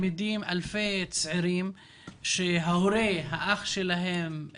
לרבות עם הסוגיות שהעלה חברי דוקטור מנסור